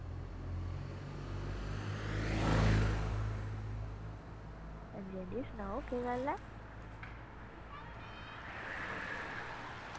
अंजी अंजी सनाओ केह् गल्ल ऐ